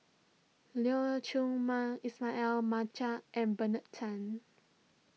Leong Chee Mun Ismail Marjan and Bernard Tan